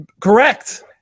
Correct